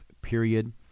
period